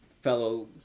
fellow